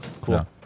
cool